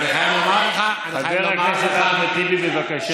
אני חייב לומר לך, חבר הכנסת אחמד טיבי, בבקשה.